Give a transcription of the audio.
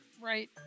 Right